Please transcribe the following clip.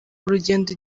urugendo